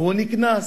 הוא נקנס